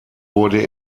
wurde